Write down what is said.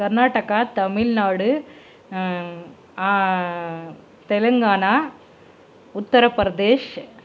Karnataka Tamil Nadu Telangana Uttar Pradesh